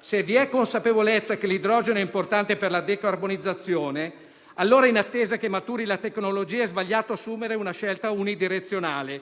Se vi è consapevolezza che l'idrogeno è importante per la decarbonizzazione, allora, in attesa che maturi la tecnologia, è sbagliato assumere una scelta unidirezionale.